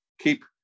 keep